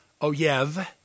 oyev